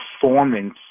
performance